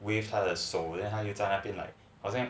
wave 他的手 then 他就在那边 a bit like 好像